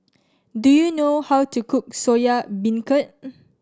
do you know how to cook Soya Beancurd